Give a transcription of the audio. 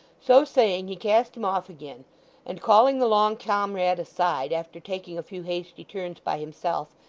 so saying, he cast him off again and calling the long comrade aside after taking a few hasty turns by himself,